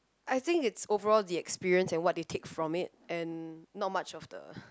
I think it's overall the experience and what they take from it and not much of the